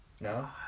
No